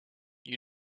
you